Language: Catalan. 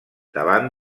davant